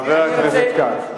חבר הכנסת כץ.